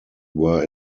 were